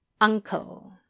Uncle